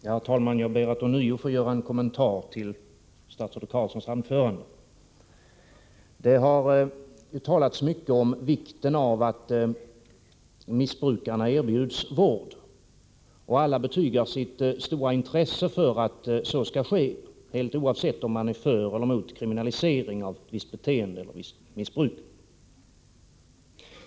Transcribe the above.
Herr talman! Jag ber att ånyo få göra en kommentar till statsrådet Ingvar Carlssons anförande. Det har talats mycket om vikten av att missbrukarna erbjuds vård. Alla betygar sitt stora intresse för att så skall ske, alldeles oavsett om man är för eller emot kriminalisering av ett visst beteende.